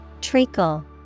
Treacle